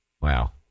Wow